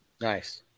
Nice